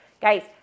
Guys